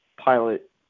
pilot